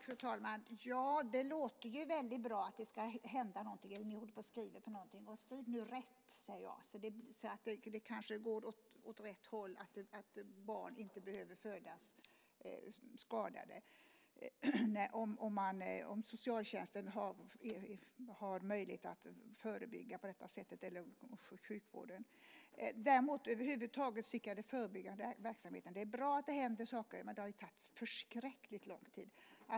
Fru talman! Det låter ju väldigt bra att det ska hända någonting eller att ni håller på och skriver på någonting. Skriv nu rätt, säger jag då, så att det går åt rätt håll! Kanske barn inte behöver födas skadade om socialtjänsten och sjukvården har möjlighet att förebygga på det här sättet. Över huvud taget tycker jag att det är bra att det händer saker med den förebyggande verksamheten, men det har ju tagit förskräckligt lång tid.